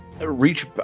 reach